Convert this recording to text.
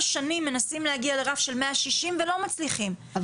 שנים מנסים להגיע לרף של 160 ולא מצליחים,